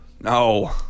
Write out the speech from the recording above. No